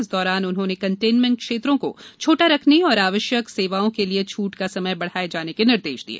इस दौरान उन्होंने कण्टेनमेण्ट क्षेत्रों को छोटा रखने और आवश्यक सेवाओं के लिए छूट का समय बढ़ाये जाने के निर्देश दिये